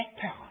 power